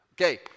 Okay